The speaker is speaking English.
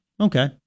Okay